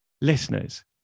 Listeners